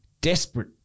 desperate